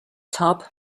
tub